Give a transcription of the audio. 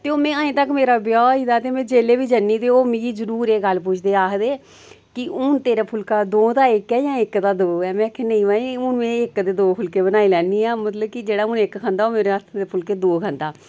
ते हून अजें तगर मेरा ब्याह होई गेदा ते में जेल्लै बी जन्नी ते ओह् मी ओह् जरूर एह् गल्ल पुच्छदे आखदे कि हून तेरा फुलका दो दा इक ऐ जा इक दा दो ऐ में आखेआ नेईं हून में इक दा दो फुलके बनाई लैनी आं मतलब कि जेह्ड़ा हून इक खंदा ओह् मेरे हत्थ दे फुलके दो खंदा